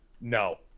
No